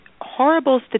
horrible